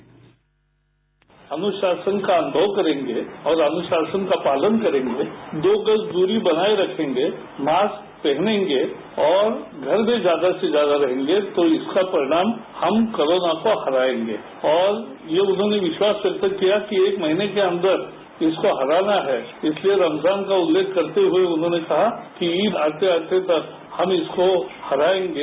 bite अनुशासन का अनुभव करेंगे और अनुशासन का पालन करेंगे दो गज दूरी बनाए रखेंगे मास्क पहनेंगे और घर में ज्यादा से ज्यादा रहेंगे तो इसका परिणाम हम कोरोना को हराएंगे और ये उन्होंने विश्वास व्यक्त किया कि एक महीने के अंदर इसको हराना है इसलिए रमजान का उल्लेख करते हुए उन्होंने कहा कि ईद आते आते तक हम इसको हराएंगे